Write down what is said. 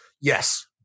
Yes